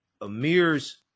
Amir's